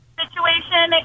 situation